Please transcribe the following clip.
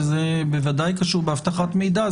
וזה בוודאי קשור באבטחת מידע,